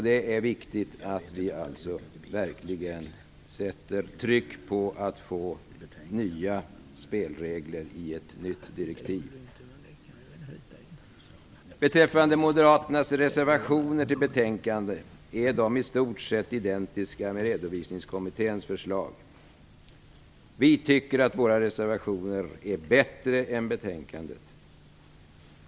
Det är viktigt att vi verkligen sätter tryck på att få nya spelregler i ett nytt direktiv. Beträffande moderaternas reservationer vid betänkandet vill jag säga att de i stort sett är identiska med Redovisningskommitténs förslag. Vi tycker att våra reservationer är bättre än majoritetstexten i betänkandet.